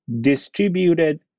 distributed